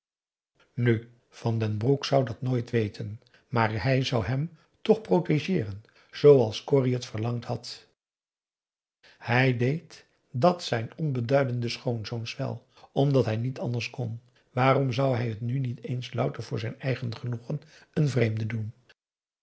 nu van den broek zou dat nooit weten maar hij zou hem toch protegeeren zooals corrie het verlangd had hij deed dat zijn onbeduidende schoonzoons wel omdat hij niet anders kon waarom zou hij het nu niet eens louter voor zijn eigen genoegen een vreemde doen